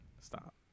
Stop